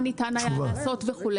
מה ניתן היה לעשות וכו'.